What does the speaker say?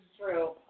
true